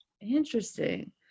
Interesting